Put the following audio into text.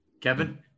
Kevin